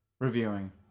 reviewing